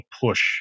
push